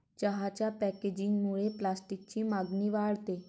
चहाच्या पॅकेजिंगमुळे प्लास्टिकची मागणी वाढते